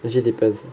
actually depends lah